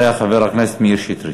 אחריה, חבר הכנסת מאיר שטרית.